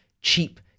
cheap